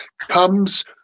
comes